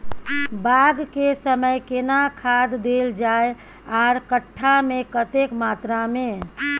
बाग के समय केना खाद देल जाय आर कट्ठा मे कतेक मात्रा मे?